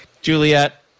Juliet